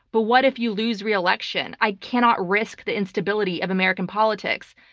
but what if you lose reelection? i cannot risk the instability of american politics.